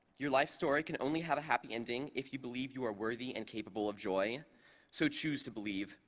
your life story can only have a happy ending if you believe you are worthy and capable of joy so chose to believe,